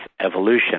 evolution